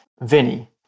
Vinny